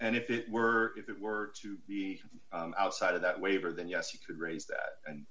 and if it were if it were to be outside of that waiver then yes you could raise that and